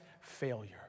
failure